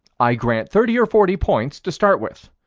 i grant thirty or forty points to start with.